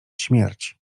śmierć